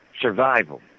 Survival